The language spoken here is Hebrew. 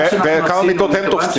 מתן כהנא (הבית היהודי,